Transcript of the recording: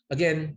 Again